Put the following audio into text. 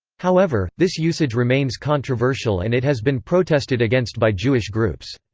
however, this usage remains controversial and it has been protested against by jewish groups.